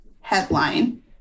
headline